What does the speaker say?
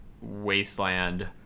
wasteland